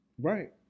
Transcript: Right